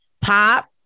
pop